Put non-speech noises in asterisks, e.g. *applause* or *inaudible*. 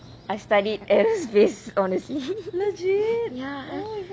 I studied aerospace honestly *laughs* ya